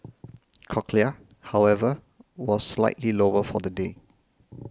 cochlear however was slightly lower for the day